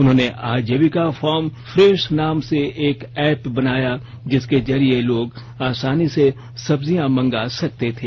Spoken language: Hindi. उन्होंने आजीविका फार्म फ्रेश नाम से एक ऐप बनाया जिसके जरिये लोग आसानी से सब्जियां मंगा सकते थे